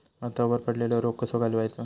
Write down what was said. भातावर पडलेलो रोग कसो घालवायचो?